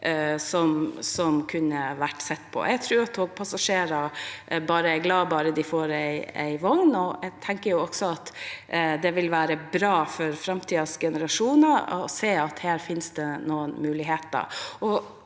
man kunne se på. Jeg tror togpassasjerer er glade bare de får en vogn. Jeg tenker også at det vil være bra for framtidens generasjoner å se at det her finnes noen muligheter,